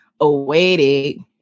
awaited